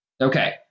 Okay